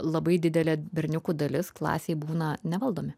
labai didelė berniukų dalis klasėj būna nevaldomi